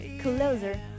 closer